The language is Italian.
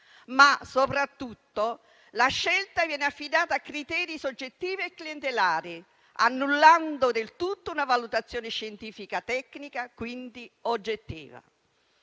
ma soprattutto la scelta viene affidata a criteri soggettivi e clientelari, annullando del tutto una valutazione scientifica tecnica, quindi oggettiva.